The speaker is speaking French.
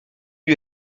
lui